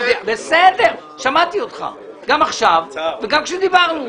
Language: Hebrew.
שמעתי אותך גם עכשיו וגם כשדיברנו.